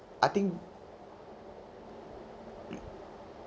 I think